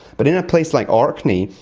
but in a place like orkney,